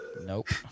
nope